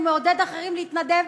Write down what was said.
והוא מעודד אחרים להתנדב,